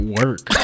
work